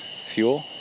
fuel